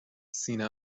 سینه